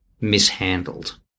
mishandled